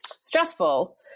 stressful